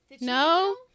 no